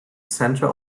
center